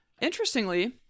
Interestingly